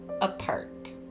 apart